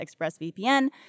ExpressVPN